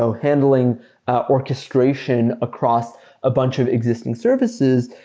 so handling orchestration across a bunch of existing services.